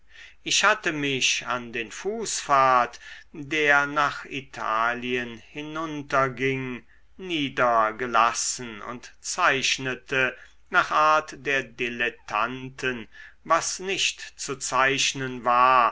ich hatte mich an den fußpfad der nach italien hinunterging niedergelassen und zeichnete nach art der dilettanten was nicht zu zeichnen war